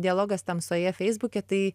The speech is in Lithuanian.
dialogas tamsoje feisbuke tai